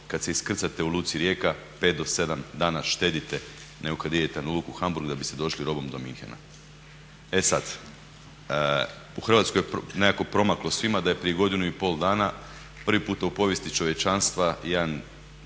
kad se iskrcate u luci Rijeka 5 do 7 dana štedite nego kad idete na luku Hamburg da biste došli robom do Münchena. E sad, u Hrvatskoj je nekako promaklo svima da je prije godinu i pol dana prvi puta u povijesti čovječanstva jedan